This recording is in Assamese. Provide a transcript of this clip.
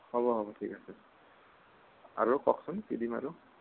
হ'ব হ'ব ঠিক আছে আৰু কওকচোন কি দিম আৰু